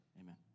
Amen